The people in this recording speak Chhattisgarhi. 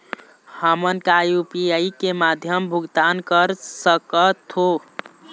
हमन का यू.पी.आई के माध्यम भुगतान कर सकथों?